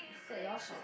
is that yours or